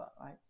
right